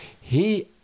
He